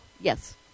Yes